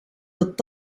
dat